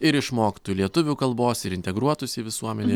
ir išmoktų lietuvių kalbos ir integruotųsi visuomenėj